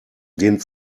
den